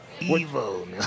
evil